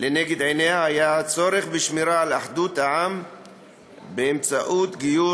לנגד עיניה היה הצורך בשמירה על אחדות העם באמצעות גיור